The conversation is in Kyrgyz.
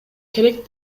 керек